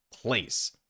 place